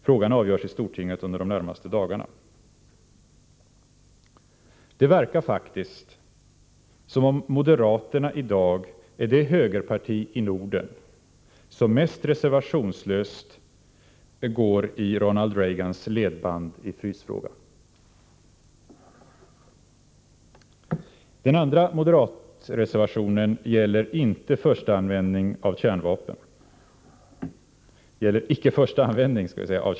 Frågan avgörs i stortinget under de närmaste dagarna. Det verkar faktiskt som om moderaterna i dag är det högerparti i Norden som mest reservationslöst går i Ronald Reagans ledband i frysfrågan. Den andra moderatreservationen gäller icke-förstaanvändning av kärnvapen.